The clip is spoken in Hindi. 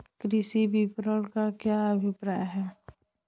कृषि विपणन का क्या अभिप्राय है?